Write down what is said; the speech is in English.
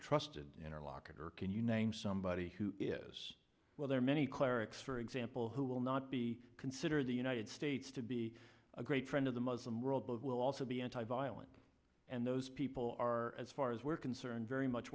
trusted interlocutor can you name somebody who is well there are many clerics for example who will not be sitter the united states to be a great friend of the muslim world both will also be anti violent and those people are as far as we're concerned very much